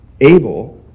Abel